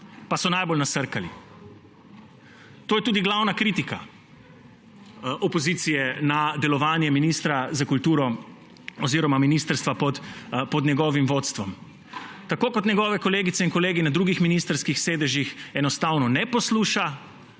pa so najbolj nasrkali. To je tudi glavna kritika opozicije na delovanje ministra za kulturo oziroma ministrstva pod njegovim vodstvom. Tako kot njegove kolegice in kolegi na drugih ministrskih sedežih enostavno ne posluša,